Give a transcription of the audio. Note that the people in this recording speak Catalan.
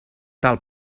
tal